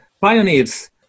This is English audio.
pioneers